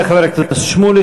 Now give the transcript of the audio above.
תודה לחבר הכנסת שמולי.